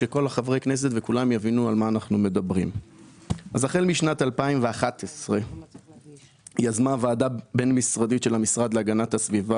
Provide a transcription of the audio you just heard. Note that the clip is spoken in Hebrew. החל משנת 2011 יזמה ועדה בין משרדית של המשרד להגנת הסביבה